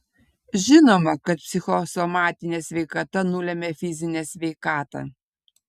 žinoma kad psichosomatinė sveikata nulemia fizinę sveikatą